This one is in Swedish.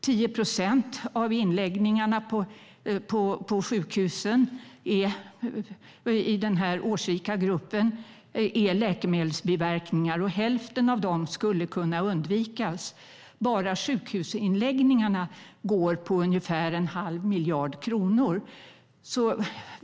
10 procent av inläggningarna på sjukhusen i den här årsrika gruppen beror på läkemedelsbiverkningar, och hälften av dem skulle kunna undvikas. Bara sjukhusinläggningarna går på ungefär en halv miljard kronor.